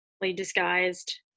disguised